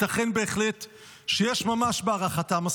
"ייתכן בהחלט שיש ממש בהערכתם.